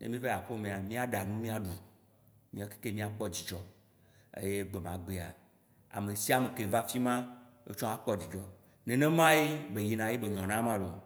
ne mi va yi axomea, mia ɖa nu ye mia ɖu, mia kekem mia kpɔ dzidzɔ eye gbemagbea, amesiame ke va fima, wo tsã woakpɔ dzidzɔ. Nenema ye be yina ye be be nyona ma loo.